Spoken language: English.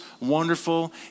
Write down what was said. wonderful